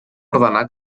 ordenar